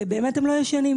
והם באמת לא ישנים.